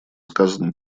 сказано